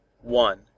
One